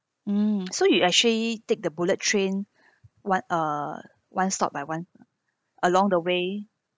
mm so you actually take the bullet train one uh one stop by one along the way